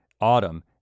autumn